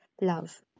love